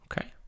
okay